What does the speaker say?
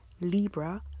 Libra